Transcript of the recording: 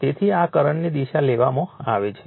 તેથી આ કરંટની દિશા લેવામાં આવે છે